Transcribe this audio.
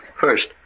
First